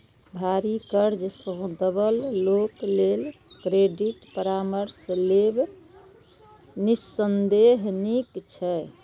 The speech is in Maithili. भारी कर्ज सं दबल लोक लेल क्रेडिट परामर्श लेब निस्संदेह नीक छै